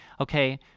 okay